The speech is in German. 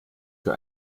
für